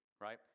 right